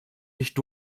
nicht